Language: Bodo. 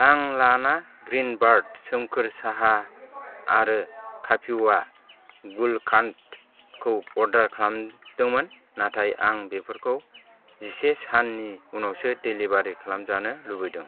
आं लाना ग्रिनबार्ड सोमखोर साहा आरो कापिउवा गुलकान्डखौ अर्डार खालामदोंमोन नाथाय आं बेफोरखौ जिसे साननि उनावसो डेलिबारि खालामजानो लुबैदों